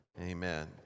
amen